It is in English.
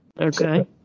Okay